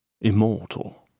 immortal